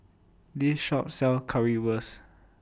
This Shop sells Currywurst